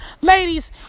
Ladies